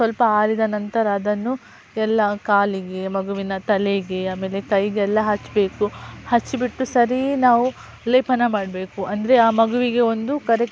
ಸ್ವಲ್ಪ ಆರಿದ ನಂತರ ಅದನ್ನು ಎಲ್ಲ ಕಾಲಿಗೆ ಮಗುವಿನ ತಲೆಗೆ ಆಮೇಲೆ ಕೈಗೆಲ್ಲ ಹಚ್ಚಬೇಕು ಹಚ್ಬಿಟ್ಟು ಸರಿ ನಾವು ಲೇಪನ ಮಾಡಬೇಕು ಅಂದರೆ ಆ ಮಗುವಿಗೆ ಒಂದು ಕರೆಕ್ಟ್